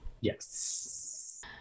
Yes